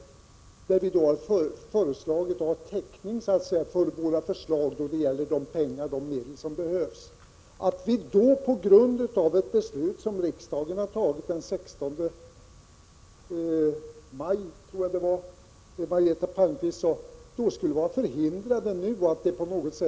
Vi har redovisat hur vi skall få täckning för våra förslag, dvs. de pengar som behövs. Margareta Palmqvist menar att det vi föreslår på grund av det beslut som riksdagen fattade den 16 maj skulle vara oansvarigt på något vis.